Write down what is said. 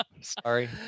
Sorry